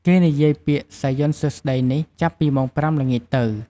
គេនិយាយពាក្យសាយ័ន្តសួស្តីនេះ ចាប់ពីម៉ោង៥ល្ងាចទៅ។